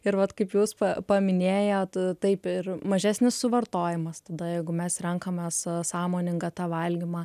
ir vat kaip jūs paminėjot taip ir mažesnis suvartojimas tada jeigu mes renkamės sąmoningą tą valgymą